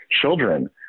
Children